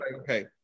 okay